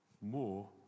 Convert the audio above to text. more